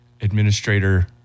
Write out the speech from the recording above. Administrator